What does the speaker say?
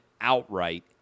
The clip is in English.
outright